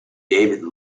david